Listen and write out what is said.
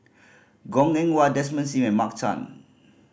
Goh Eng Wah Desmond Sim and Mark Chan